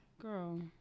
Girl